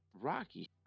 rocky